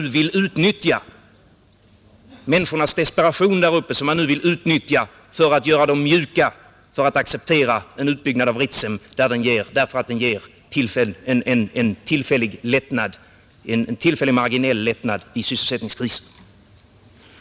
Man skall inte försöka utnyttja människornas desperation för att göra dem mjuka, så att de accepterar en utbyggnad av Ritsem, som skulle ge en tillfällig marginell lättnad i sysselsättningskrisen.